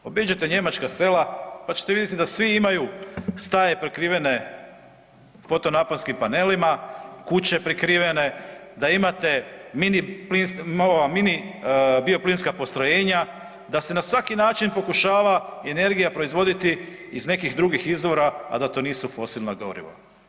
Obiđete njemačka sela pa ćete vidjeti da svi imaju staje prekrivene fotonaponskim panelima, kuće prekrivene, da imate mini bioplinska postrojenja, da se na svaki način pokušava energija proizvoditi iz nekih drugih izvora, a da to nisu fosilna goriva.